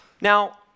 Now